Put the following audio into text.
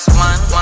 one